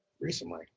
recently